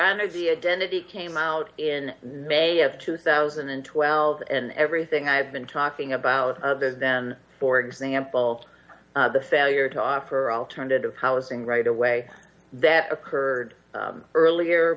the identity came out in may of two thousand and twelve and everything i've been talking about other than for example the failure to offer alternative housing right away that occurred earlier